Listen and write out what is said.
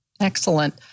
Excellent